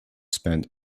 spend